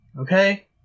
okay